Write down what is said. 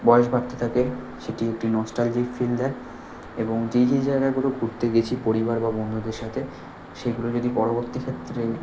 বয়স বাড়তে থাকে সেটি একটি নস্ট্যালজিক ফীল দেয় এবং যে যে জায়গাগুলো ঘুরতে গেছি পরিবার বা বন্ধুদের সাথে সেগুলো যদি পরবর্তী ক্ষেত্রে